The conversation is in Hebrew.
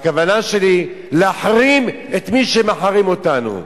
הכוונה שלי היא להחרים את מי שמחרים אותנו.